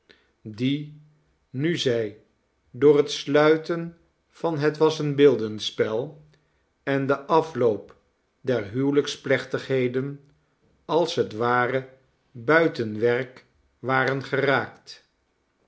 die nu zij door het sluiten van het wassenbeeldenspel en den afloop der huwelijksplechtigheden als het ware buiten werk waren geraakt